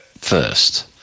first